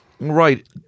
right